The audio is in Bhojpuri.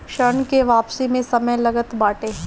ऋण के वापसी में समय लगते बाटे